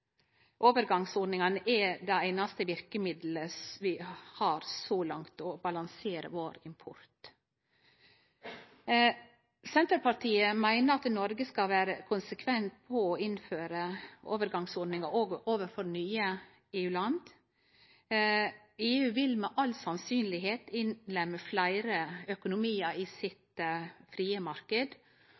Overgangsordningane er – så langt – det einaste verkemiddelet vi har for å balansere vår import. Senterpartiet meiner at Noreg skal vere konsekvent i å innføre overgangsordningar overfor nye EU-land. EU vil sannsynlegvis innlemme fleire økonomiar i sin frie